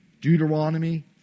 Deuteronomy